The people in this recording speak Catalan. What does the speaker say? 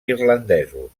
irlandesos